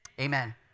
amen